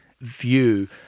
view